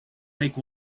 make